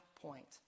point